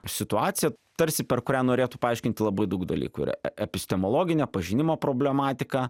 situaciją tarsi per kurią norėtų paaiškinti labai daug dalykų ir epistemologinio pažinimo problematiką